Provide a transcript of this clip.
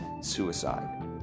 suicide